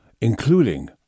including